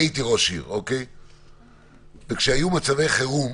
אני הייתי ראש עיר, וכשהיו מצבי חירום,